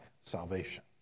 salvation